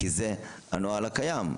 כי זה הנוהל הקיים.